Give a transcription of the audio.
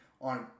on